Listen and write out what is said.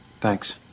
Thanks